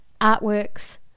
artworks